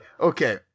okay